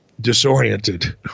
disoriented